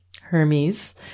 Hermes